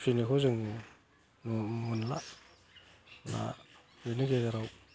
फिसिनायखौ जों नुनो मोनला दा बेनि गेजेराव